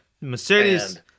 Mercedes